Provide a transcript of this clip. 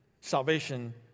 Salvation